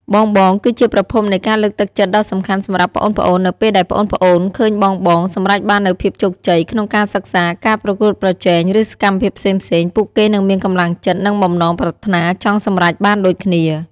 បងៗគឺជាប្រភពនៃការលើកទឹកចិត្តដ៏សំខាន់សម្រាប់ប្អូនៗ នៅពេលដែលប្អូនៗឃើញបងៗ សម្រេចបាននូវភាពជោគជ័យ ក្នុងការសិក្សា ការប្រកួតប្រជែង ឬសកម្មភាពផ្សេងៗ ពួកគេនឹងមាន កម្លាំងចិត្ត និងបំណងប្រាថ្នាចង់សម្រេចបានដូចគ្នា ។